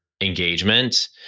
engagement